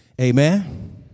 Amen